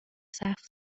سقف